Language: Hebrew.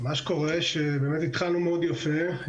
מה שקורה שבאמת התחלנו מאוד יפה,